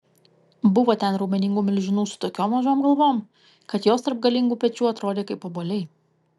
buvo ten raumeningų milžinų su tokiom mažom galvom kad jos tarp galingų pečių atrodė kaip obuoliai